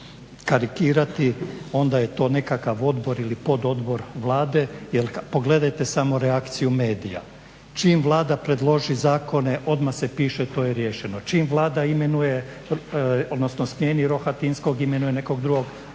karikirati onda je to nekakav odbor ili pododbor Vlade. Jel pogledajte samo reakciju medija, čim Vlada predloži zakone odmah se piše to je riješeno, čim Vlada smijeni Rohatinskog imenuje nekog drugog